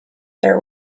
there